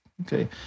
Okay